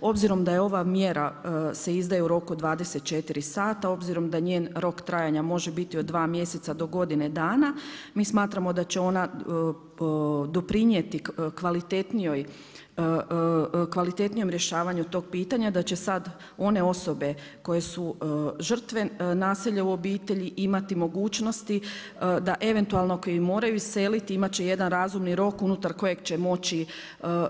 Obzirom da ova mjera se izdaje u roku od 24h, obzirom da njen rok trajanja može biti od 2 mjeseca do godine dana mi smatramo da će ona doprinijeti kvalitetnijem rješavanju tog pitanja, da će sada one osobe koje su žrtve nasilja u obitelji imati mogućnosti da eventualno koji moraju iseliti imati će jedan razumni rok unutar kojeg će moći